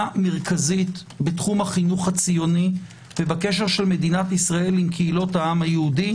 מרכזית בתחום החינוך הציוני ובקשר של מדינת ישראל עם קהילות העם היהודי,